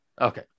Okay